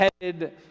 headed